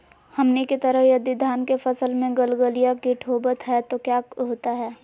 हमनी के तरह यदि धान के फसल में गलगलिया किट होबत है तो क्या होता ह?